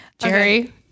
Jerry